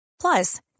Plus